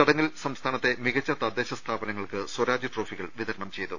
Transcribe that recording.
ചടങ്ങിൽ സംസ്ഥാനത്തെ മികച്ച തദ്ദേശ സ്ഥാപനങ്ങൾക്ക് സ്വരാജ് ട്രോഫികൾ വിതരണം ചെയ്തു